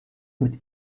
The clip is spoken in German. mit